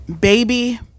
Baby